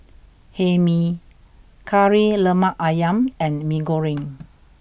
Hae Mee Kari Lemak Ayam and Mee Goreng